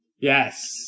Yes